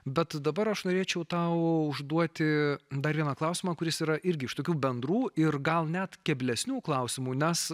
bet dabar aš norėčiau tau užduoti dar vieną klausimą kuris yra irgi iš tokių bendrų ir gal net keblesnių klausimų nes